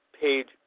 Page